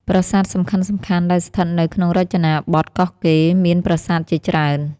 ប្រាសាទសំខាន់ៗដែលស្ថិតនៅក្នុងរចនាបថកោះកេរមេានប្រាសាទជាច្រើន។